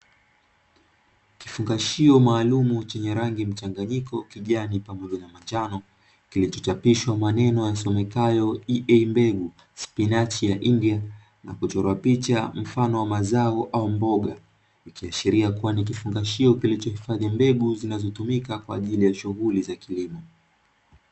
Kifungashio maalumu chenye rangi mchanganyiko kijani, pamoja na manjano kilicho chapishwa maneno yasomekayo "EA" mbegu spinachi ya India, na kuchorwa picha mfano wa mazao au mboga, hiki ashilia kua ni kifungashio kilicho hifadhi mbegu zinazotumika kwaajili ya shughuli za kilimo.